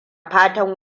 fatan